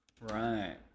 Right